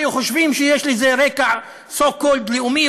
היו חושבים שיש לזה רקע so called לאומי,